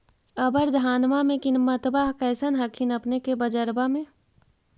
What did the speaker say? अबर धानमा के किमत्बा कैसन हखिन अपने के बजरबा में?